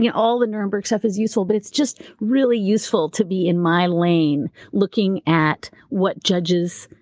yeah all the nuremberg stuff is useful, but it's just really useful to be in my lane looking at what judges.